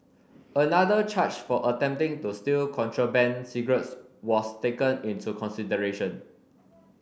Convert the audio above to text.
another charge for attempting to steal contraband cigarettes was taken into consideration